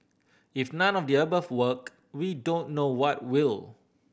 if none of the above work we don't know what will